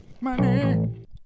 Money